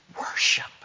worship